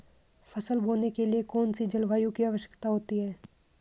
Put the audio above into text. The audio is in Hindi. फसल बोने के लिए कौन सी जलवायु की आवश्यकता होती है?